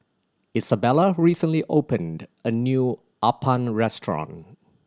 Izabella recently opened a new appam restaurant